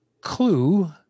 clue